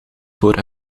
voor